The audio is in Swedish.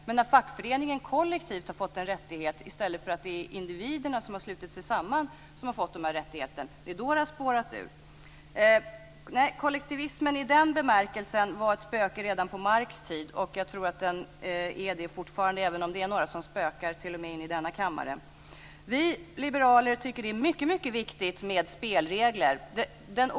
Men när fackföreningen kollektivt har fått en rättighet i stället för att individerna har slutit sig samman för att få denna rättighet, det är då det har spårat ur. Nej, kollektivismen i den bemärkelsen var ett spöke redan på Marx tid, och jag tror att den är det fortfarande. Det är ju några som spökar t.o.m. inne i denna kammare. Vi liberaler tycker att det är mycket, mycket viktigt med spelregler.